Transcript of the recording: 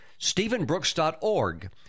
stephenbrooks.org